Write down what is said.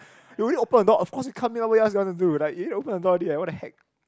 you already open the door of course you what else you want to do like you open the door already what the heck